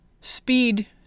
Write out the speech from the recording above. speed